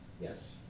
Yes